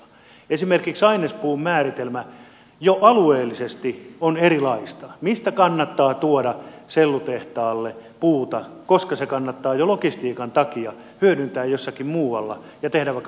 esimerkiksi ainespuun määritelmä jo alueellisesti on erilaista mistä kannattaa tuoda sellutehtaalle puuta koska se kannattaa jo logistiikan takia hyödyntää jossakin muualla ja tehdä vaikka polttamalla sähköä